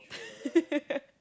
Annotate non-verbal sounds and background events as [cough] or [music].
[laughs]